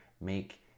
Make